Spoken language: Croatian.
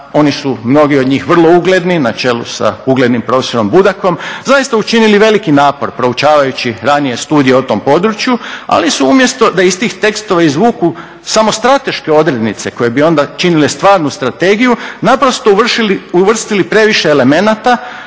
oni su, mnogi od njih vrlo ugledni na čelu sa uglednim profesorom Budakom, zaista učinili veliki napor proučavajući ranije studije o tom području, ali su umjesto da iz tih tekstova izvuku samo strateške odrednice koje bi onda činile stvarnu strategiju naprosto uvrstili previše elementa